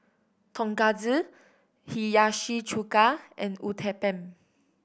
Tonkatsu Hiyashi Chuka and Uthapam